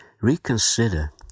Reconsider